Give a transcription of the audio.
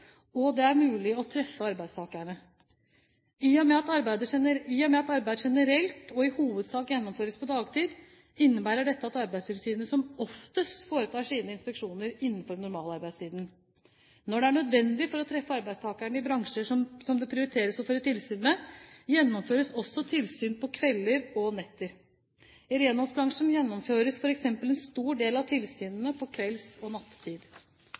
og det er mulig å treffe arbeidstakerne. I og med at arbeid generelt og i hovedsak gjennomføres på dagtid, innebærer dette at Arbeidstilsynet som oftest foretar sine inspeksjoner innenfor normalarbeidstiden. Når det er nødvendig for å treffe arbeidstakerne i bransjer som det prioriteres å føre tilsyn med, gjennomføres også tilsyn på kvelder og netter. I renholdsbransjen gjennomføres f.eks. en stor del av tilsynene på kvelds- og